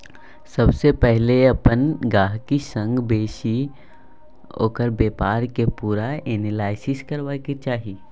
सबसँ पहिले अपन गहिंकी संग बैसि ओकर बेपारक पुरा एनालिसिस करबाक चाही